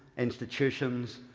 institutions,